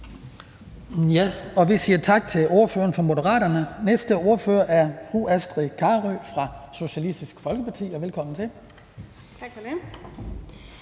Vi siger tak til ordføreren fra Moderaterne. Næste ordfører er fru Astrid Carøe fra Socialistisk Folkeparti. Velkommen til.